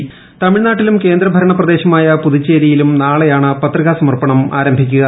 ഏമിഴ്നാട്ടിലും കേന്ദ്രഭരണ പ്രദേശമായ പുതുച്ചേരിയിലും നീളെയാണ് പത്രികാ സമർപ്പണം ആരംഭിക്കുക